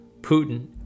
Putin